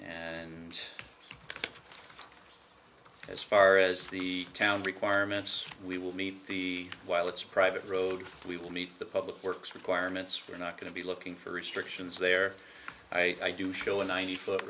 and as far as the town requirements we will be a while it's a private road we will meet the public works requirements we are not going to be looking for restrictions there i do show a ninety foot